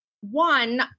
one